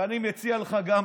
ואני מציע לך גם,